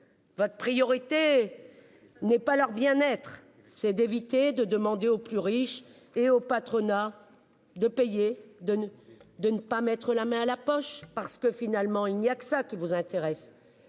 Votre priorité n'est pas leur bien-être c'est d'éviter de demander aux plus riches et au patronat. De payer de ne, de ne pas mettre la main à la poche parce que finalement il n'y a que ça qui vous intéresse.